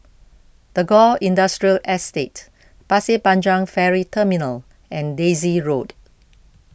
Tagore Industrial Estate Pasir Panjang Ferry Terminal and Daisy Road